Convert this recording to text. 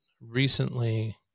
recently